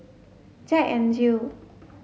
Jack N Jill